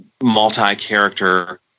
multi-character